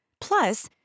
Plus